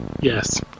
Yes